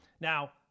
Now